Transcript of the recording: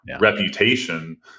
reputation